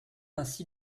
ainsi